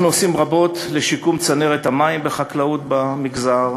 אנחנו עושים רבות לשיקום צנרת המים בחקלאות במגזר,